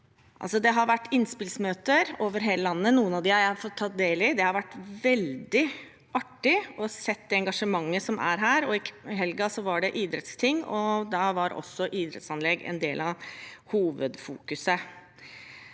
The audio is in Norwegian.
Det har vært innspillsmøter over hele landet. Noen av dem har jeg fått tatt del i. Det har vært veldig artig å se det engasjementet som er her. I helgen var det idrettsting, og der var også idrettsanlegg en del av det